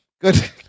Good